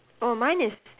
oh mine is